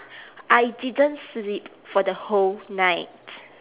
I didn't sleep for the whole night